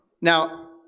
Now